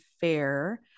fair